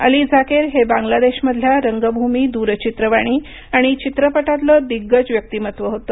आली झाकीर हे बांगलादेशमधल्या रंगभूमी दूरचित्रवाणी आणि चित्रपटातलं दिग्गज व्यक्तिमत्त्व होते